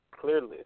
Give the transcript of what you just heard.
clearly